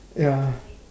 ya